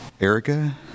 Erica